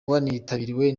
wanitabiriwe